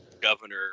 governor